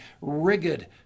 rigid